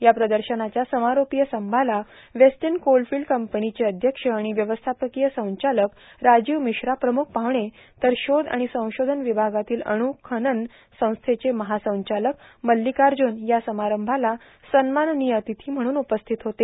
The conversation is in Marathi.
या प्रदर्शनाच्या समारोपीय समारंभाला वेस्टर्न कोलफिल कंपनीचे अध्यक्ष आणि व्यवस्थापकीय संचालक राजीव मिश्रा प्रमुख पाहुणे तर शोध आणि संशोधन विभागातील अणू खनन संस्थेचे महासंचालक मल्लिकार्ज्रन या समारंभाला सन्माननिय अतिथी म्हणून उपस्थित होते